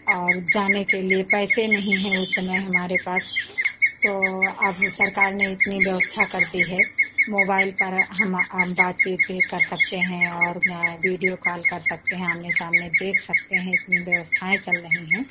और जाने के लिए पैसे नहीं है उस समय हमारे पास तो अब सरकार ने इतनी व्यवस्था कर दी है मोबाइल पर हम हम बातचीत भी कर सकते हैं और वीडियो कॉल कर सकते हैं आमने सामने देख सकते हैं इतनी व्यवस्थाएं चल रही हैं